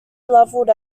levelled